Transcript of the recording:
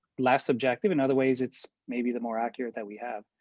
less subjective in other ways, it's maybe the more accurate that we have,